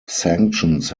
sanctions